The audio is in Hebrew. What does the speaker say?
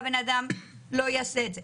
והבן אדם לא יעשה את זה.